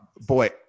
Boy